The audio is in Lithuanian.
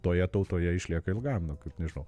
toje tautoje išlieka ilgam nu kaip nežinau